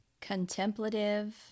contemplative